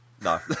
No